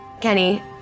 kenny